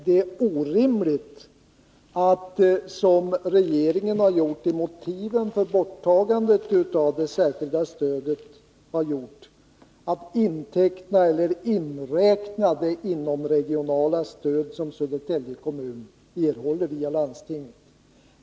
Det är orimligt att, som regeringen har gjort i motiven för borttagandet av det särskilda stödet, inräkna det inomregionala stöd som Södertälje kommun erhåller via landstinget.